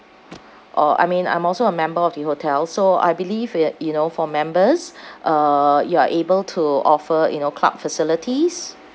uh I mean I'm also a member of the hotel so I believe that you know for members uh you are able to offer you know club facilities